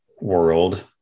world